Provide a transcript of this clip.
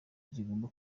kigomba